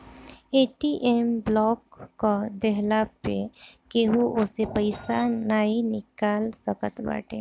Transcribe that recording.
ATM block कअ देहला पअ केहू ओसे पईसा नाइ निकाल सकत बाटे